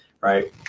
Right